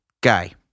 Guy